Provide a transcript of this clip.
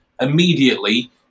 immediately